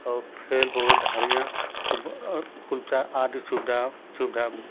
और फेल पवई धारियाँ खूब खुलचा आदि सुविधा सुविधा